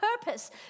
purpose